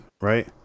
right